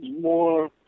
more